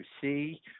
see